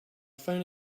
phone